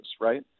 right